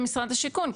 במשרד השיכון,